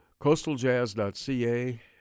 coastaljazz.ca